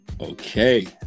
okay